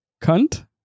cunt